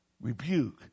rebuke